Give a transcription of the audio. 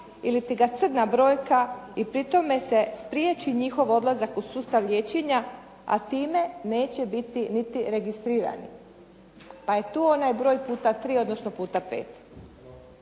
iliti ga crna brojka, i pri tome se spriječi njihov odlazak u sustav liječenja, a time neće biti niti registrirani. Pa je tu onaj broj puta tri, odnosno puta